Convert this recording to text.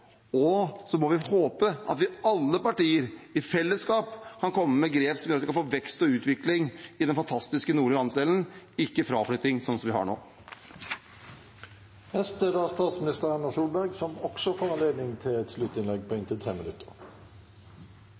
og så får vi håpe at alle partier i fellesskap kan komme med grep som gjør at vi kan få vekst og utvikling i den fantastiske nordlige landsdelen, ikke fraflytting, sånn som vi har nå. La meg takke for en interessant debatt – ikke minst var det interessant at bildet av Nord-Norge nok tegnet seg som et